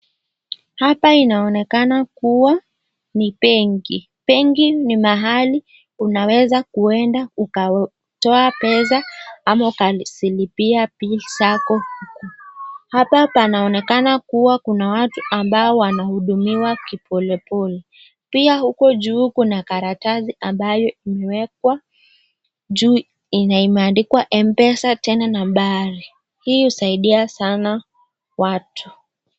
Hapa inaonekana kuwa ni benki, benki ni mahali unaweza kuenda ukatoa pesa ama ukazilipia bill zako, hapa panaoneka kuwa kuna watu ambao wanahudumiwa kipolepole ,pia huko juu kuna kikaratasi ambayo imewekwa juu na imeandikwa mpesa tena na mbali hii husaidia sana watu.